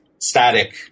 static